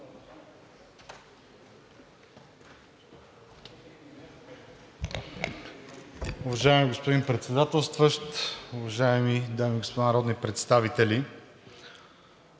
Уважаеми господин Председател, уважаеми дами и господа народни представители!